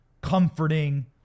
comforting